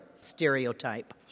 stereotype